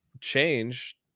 change